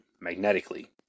magnetically